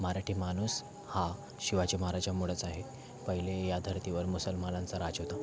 मराठी माणूस हा शिवाजी महाराजांमुळेच आहे पहिले या धरतीवर मुसलमानांचा राज होता